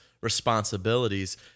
responsibilities